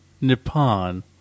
Nippon